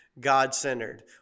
God-centered